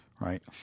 right